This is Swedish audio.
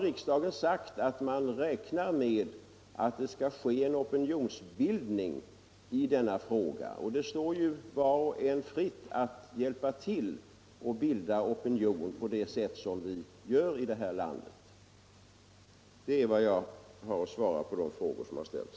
Riksdagen har sagt att man räknar med att det skall ske en opinionsbildning i denna fråga, och det står var och en fritt att hjälpa till att bilda opinion på det sätt som vi gör här i landet. Det är vad jag har att svara på de frågor som ställts.